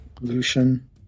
Lucian